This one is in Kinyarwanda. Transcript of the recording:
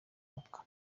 abavoka